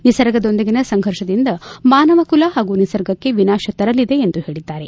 ನಿಸರ್ಗದೊಂದಿಗಿನ ಸಂಘರ್ಷದಿಂದ ಮಾನವ ಕುಲ ಹಾಗೂ ನಿಸರ್ಗಕ್ಕೆ ವಿನಾಶ ತರಲಿದೆ ಎಂದು ಹೇಳಿದ್ದಾರೆ